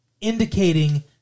indicating